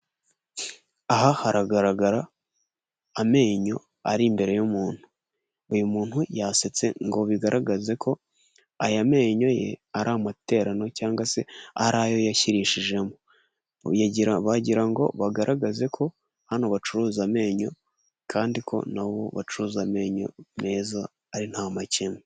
Aha haragaragara amenyo ari imbere y'umuntu. Uyu muntu yasetse ngo bigaragaze ko aya menyo ye ari amaterano cyangwa se ari ayo yashyirishijemo. Bagira ngo bagaragaze ko hano bacuruza amenyo kandi ko na bo bacuruza amenyo meza ari nta makemwa.